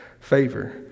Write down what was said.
favor